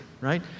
right